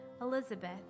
Elizabeth